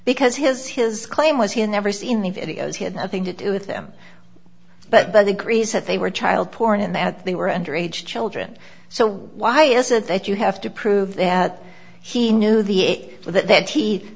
because his his claim was he had never seen the videos he had nothing to do with them but by the greens that they were child porn and that they were underage children so why is it that you have to prove that he knew the